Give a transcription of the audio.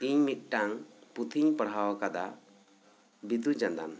ᱤᱧ ᱢᱤᱫ ᱴᱟᱱ ᱯᱩᱛᱷᱤᱧ ᱯᱟᱲᱦᱟᱣ ᱟᱠᱟᱫᱟ ᱵᱤᱫᱩ ᱪᱟᱸᱫᱟᱱ